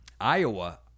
Iowa